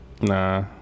Nah